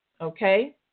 okay